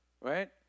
right